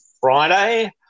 Friday